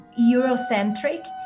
Eurocentric